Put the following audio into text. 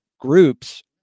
groups